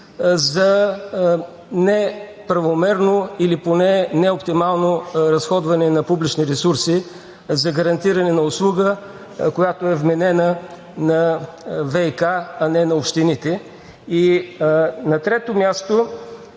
за неправомерно или поне неоптимално разходване на публични ресурси за гарантиране на услуга, която е вменена на ВиК, а не на общините? И на трето място,